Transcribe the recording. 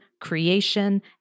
creation